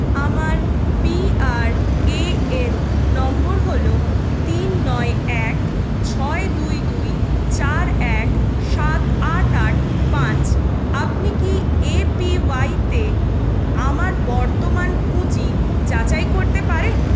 আমার পিআরএএন নম্বর হল তিন নয় এক ছয় দুই দুই চার এক সাত আট আট পাঁচ আপনি কি এপিওয়াই তে আমার বর্তমান পুঁজি যাচাই করতে পারেন